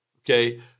Okay